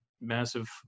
massive